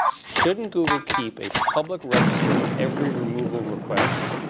shouldn't google keep a public register of every removal request,